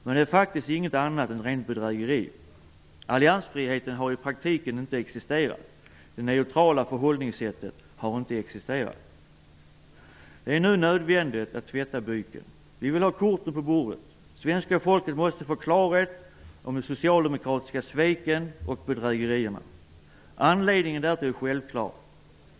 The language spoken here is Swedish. Men det är ju faktiskt inget annat än rent bedrägeri. Alliansfriheten har i praktiken inte existerat. Det neutrala förhållningssättet har inte existerat. Det är nu nödvändigt att tvätta byken. Vi vill ha korten på bordet. Svenska folket måste få klarhet om de socialdemokratiska sveken och bedrägerierna. Anledning därtill är självklar.